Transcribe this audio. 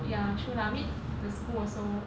ya true lah I mean the school also